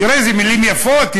תראה איזה מילים יפות,